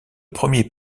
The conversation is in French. premier